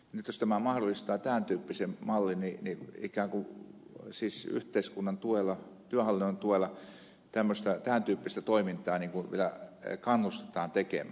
nyt tämä mahdollistaa tämän tyyppisen mallin että ikään kuin siis yhteiskunnan tuella työhallinnon tuella tämän tyyppistä toimintaa vielä kannustetaan tekemään